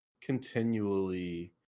continually